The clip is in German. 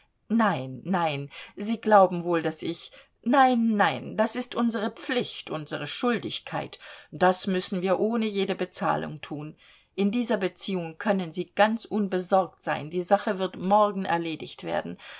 nein nein sie glauben wohl daß ich nein nein das ist unsere pflicht unsere schuldigkeit das müssen wir ohne jede bezahlung tun in dieser beziehung können sie ganz unbesorgt sein die sache wird morgen erledigt werden